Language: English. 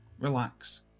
relax